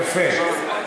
יפה.